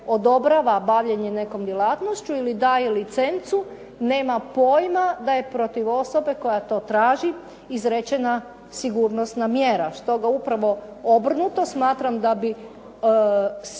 odobrava bavljenje nekom djelatnošću ili daje licencu, nema pojma da je protiv osobe koja to traći izrečena sigurnosna mjera, što ga upravo obrnuto smatram da bi